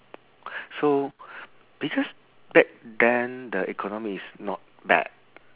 so because back then the economy is not bad